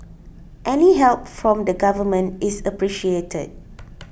any help from the Government is appreciated